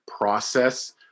process